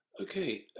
okay